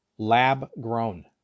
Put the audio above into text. Lab-grown